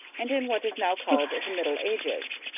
and in what is now called the middle ages.